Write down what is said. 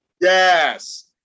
Yes